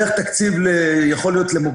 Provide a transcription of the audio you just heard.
דרך תקציב למוקדן,